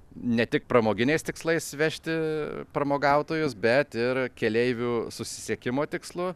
ne tik pramoginiais tikslais vežti pramogautojus bet ir keleivių susisiekimo tikslu